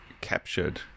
captured